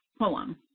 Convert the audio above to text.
poem